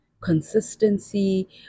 consistency